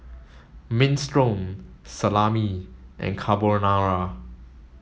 Minestrone Salami and Carbonara